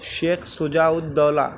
Sheikh Shuja ud-Daula